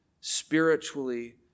spiritually